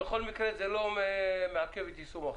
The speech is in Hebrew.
בכל מקרה זה לא מעכב את יישום החוק.